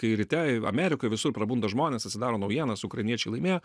kai ryte amerikoj visur prabunda žmonės atsidaro naujienas ukrainiečiai laimėjo